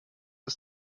das